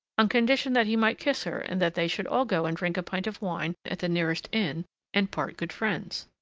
on condition that he might kiss her and that they should all go and drink a pint of wine at the nearest inn and part good friends.